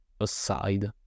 aside